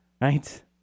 right